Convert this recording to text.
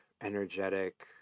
energetic